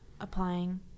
applying